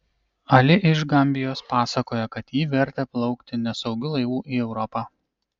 ali iš gambijos pasakojo kad jį vertė plaukti nesaugiu laivu į europą